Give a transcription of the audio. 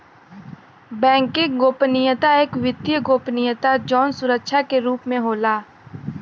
banking गोपनीयता एक वित्तीय गोपनीयता जौन सुरक्षा के रूप में होला